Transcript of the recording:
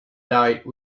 date